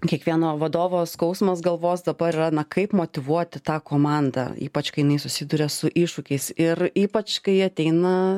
kiekvieno vadovo skausmas galvos dabar yra na kaip motyvuoti tą komandą ypač kai jinai susiduria su iššūkiais ir ypač kai ateina